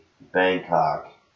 Bangkok